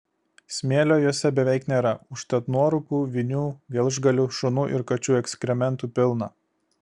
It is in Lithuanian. smėlio jose beveik nėra užtat nuorūkų vinių gelžgalių šunų ir kačių ekskrementų pilna